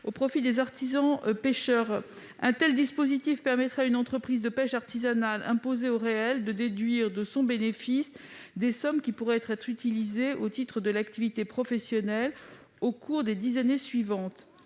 au profit des artisans pêcheurs. Un tel dispositif permettrait à une entreprise de pêche artisanale imposée au réel de déduire de son bénéfice des sommes qui pourraient être utilisées au titre de l'activité professionnelle au cours des dix années suivantes.